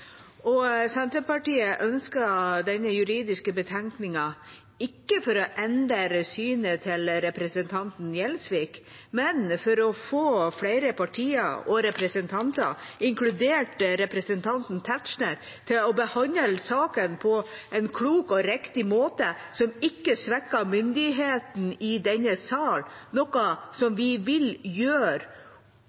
Senterpartiet ønsker denne juridiske betenkningen ikke for å endre synet til representanten Gjelsvik, men for å få flere partier og representanter, inkludert representanten Tetzschner, til å behandle saken på en klok og riktig måte, som ikke svekker myndigheten i denne sal, noe som vi vil gjøre